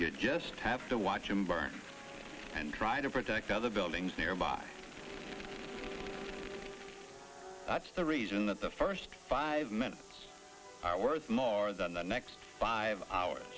you just have to watch him burn and try to protect other buildings nearby that's the reason that the first five minutes are worth more than the next five hours